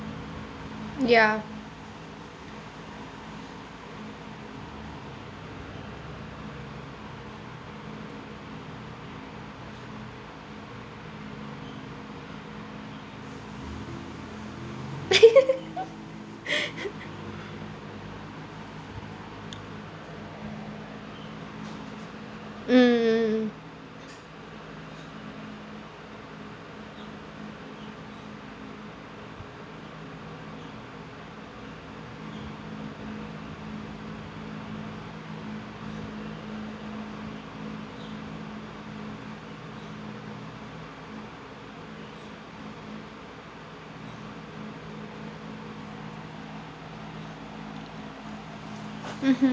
ya mm mm mm mmhmm